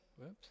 whoops